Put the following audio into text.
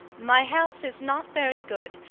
my health is not very good,